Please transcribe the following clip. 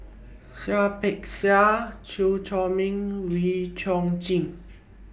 Seah Peck Seah Chew Chor Meng Wee Chong Jin